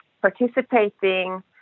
participating